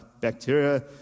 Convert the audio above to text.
bacteria